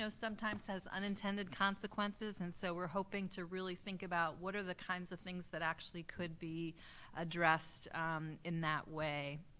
sometimes has unintended consequences, and so we're hoping to really think about what are the kinds of things that actually could be addressed in that way.